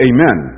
Amen